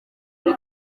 byo